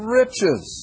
riches